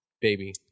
baby